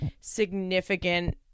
significant